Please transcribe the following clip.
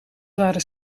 waren